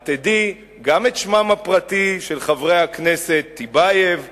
את תדעי גם את שמם הפרטי של חברי הכנסת טיבייב ושמאלוב,